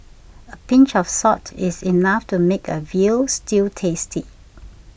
a pinch of salt is enough to make a Veal Stew tasty